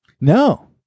No